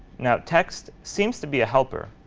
now, text seems to be a helper,